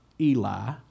Eli